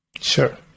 Sure